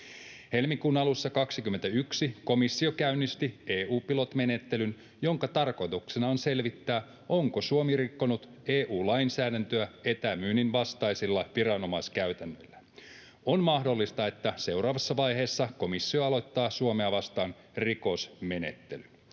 Helmikuun alussa 21 komissio käynnisti EU Pilot ‑menettelyn, jonka tarkoituksena on selvittää, onko Suomi rikkonut EU-lainsäädäntöä etämyynnin vastaisilla viranomaiskäytännöillään. On mahdollista, että seuraavassa vaiheessa komissio aloittaa Suomea vastaan rikosmenettelyn.